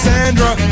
Sandra